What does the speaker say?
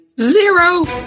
Zero